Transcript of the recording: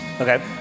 Okay